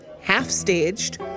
half-staged